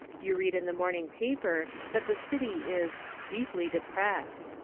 you read in the morning paper that the city is deeply depressed.